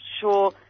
sure